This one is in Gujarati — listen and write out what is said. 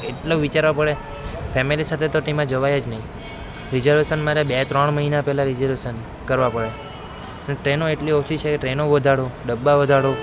એટલું વિચારવું પડે ફૅમિલી સાથે તો ટ્રેનમાં જવાય જ નહીં રિઝર્વેશન માટે બે ત્રણ મહિના પહેલા રિઝર્વેશન કરવું પડે ટ્રેનો એટલી ઓછી છે ટ્રેનો વધારો ડબ્બા વધારો